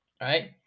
Right